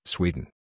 Sweden